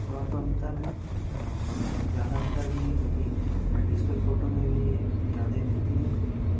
थोड़ा तो अंतर है मगर ज़्यादा अंतर भी नहीं है क्योंकि डिजिटल फ़ोटो में भी यादें मिलती हैं लेकिन